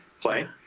play